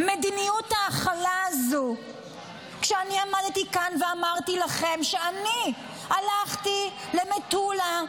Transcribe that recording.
מדיניות ההכלה הזו כשאני עמדתי ואמרתי לכם שאני הלכתי למטולה,